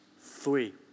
three